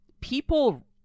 People